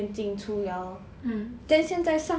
mm